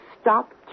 stop